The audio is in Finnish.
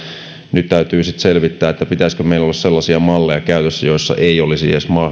nyt täytyy sitten selvittää pitäisikö meillä olla käytössä sellaisia malleja joissa esimerkiksi ei olisi edes